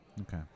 Okay